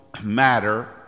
matter